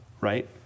right